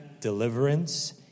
Deliverance